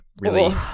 really-